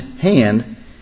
hand